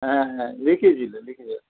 হ্যাঁ হ্যাঁ লিখেছিল